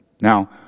Now